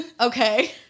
Okay